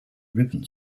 ribbon